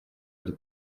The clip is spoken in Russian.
этот